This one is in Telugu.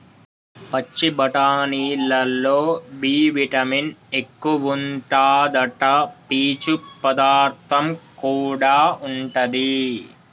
పచ్చి బఠానీలల్లో బి విటమిన్ ఎక్కువుంటాదట, పీచు పదార్థం కూడా ఉంటది